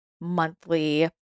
monthly